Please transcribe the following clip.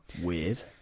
Weird